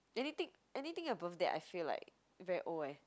anything anything above that I feel like very old eh